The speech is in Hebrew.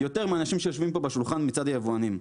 יותר מאנשים שיושבים פה בשולחן מצד היבואנים.